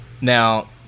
Now